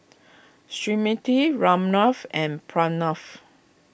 Smriti Ramnath and Pranav